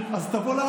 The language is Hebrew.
כשהייתי חבר כנסת,